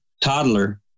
toddler